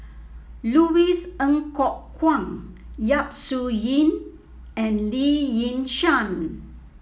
Louis Ng Kok Kwang Yap Su Yin and Lee Yi Shyan